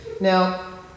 now